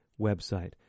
website